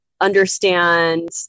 understand